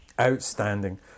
Outstanding